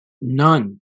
None